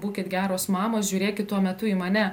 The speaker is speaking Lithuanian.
būkit geros mamos žiūrėkit tuo metu į mane